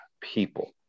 people